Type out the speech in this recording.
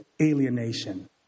alienation